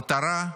המטרה: